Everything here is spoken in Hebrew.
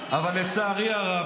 לא עוברים יהודים ----- אבל לצערי הרב,